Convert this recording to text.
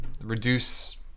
reduce